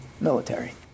military